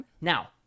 Now